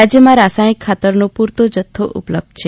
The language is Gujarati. રાજ્યમાં રાસાયણિક ખાતરનો પુરતો જથ્થો ઉપલબ્ધ છે